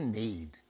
need